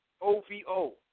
O-V-O